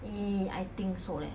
eh I think so leh